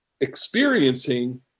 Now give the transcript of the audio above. experiencing